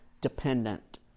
dependent